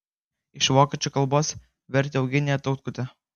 iš vokiečių kalbos vertė eugenija tautkutė